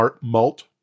malt